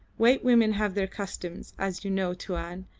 white women have their customs, as you know tuan,